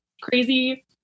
crazy